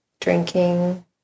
drinking